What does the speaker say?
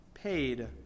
Paid